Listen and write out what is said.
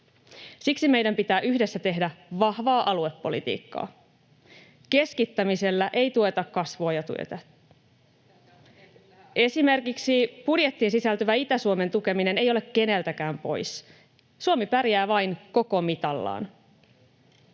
Siksi meidän pitää yhdessä tehdä vahvaa aluepolitiikkaa. Keskittämisellä ei tueta kasvua ja työtä. Esimerkiksi budjettiin sisältyvä Itä-Suomen tukeminen ei ole keneltäkään pois. Suomi pärjää vain koko mitallaan.